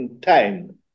time